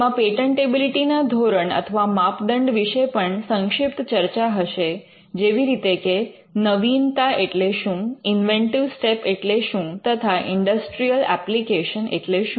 તેમાં પેટન્ટેબિલિટી ના ધોરણ અથવા માપદંડ વિશે પણ સંક્ષિપ્ત ચર્ચા હશે જેવી રીતે કે નવીનતા એટલે શું ઇન્વેન્ટિવ સ્ટેપ એટલે શું તથા ઇન્ડસ્ટ્રિયલ ઍપ્લિકેશન એટલે શું